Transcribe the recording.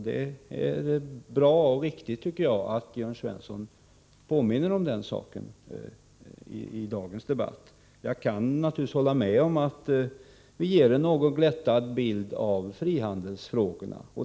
Det är bra och riktigt, tycker jag, att Jörn Svensson påminner om den saken i dagens debatt. Jag kan hålla med om att vi ger en något glättad bild av frihandelsfrågorna.